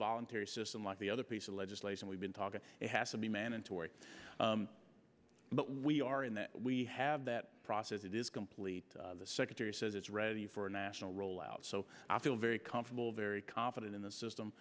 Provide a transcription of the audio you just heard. voluntary system like the other piece of legislation we've been talking it has to be mandatory but we are in that we have that process it is complete the secretary says it's ready for a national rollout so i feel very comfortable very confident in the system